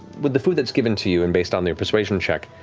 but the food that's given to you and based on your persuasion check,